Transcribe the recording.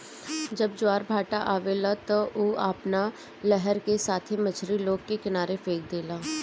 जब ज्वारभाटा आवेला त उ अपना लहर का साथे मछरी लोग के किनारे फेक देला